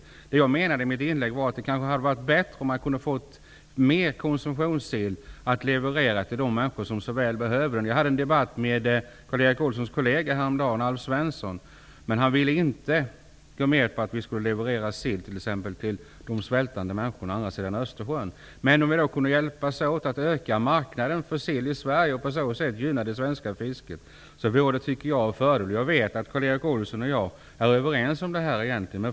I mitt inlägg menade jag att det kanske skulle vara bättre om vi fick mer konsumtionssill att leverera till de människor som så väl behöver den. Jag hade en debatt med Karl Erik Olssons kollega, Alf Svensson, häromdagen. Han ville inte gå med på att vi t.ex. skulle leverera sill till de svältande människorna på andra sidan Östersjön. Men om vi kunde hjälpas åt att öka marknaden för sill i Sverige och på så sätt gynna det svenska fisket, vore det en fördel. Jag vet att Karl Erik Olsson och jag egentligen är överens om detta.